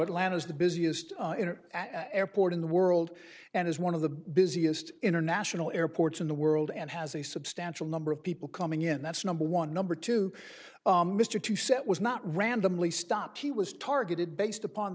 atlanta is the busiest airport in the world and is one of the busiest international airports in the world and has a substantial number of people coming in that's number one number two mr two set was not randomly stopped he was targeted based upon